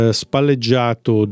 spalleggiato